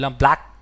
black